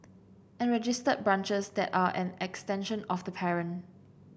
and registered branches that are an extension of the parent